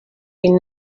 been